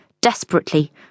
desperately